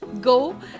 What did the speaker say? go